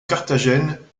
carthagène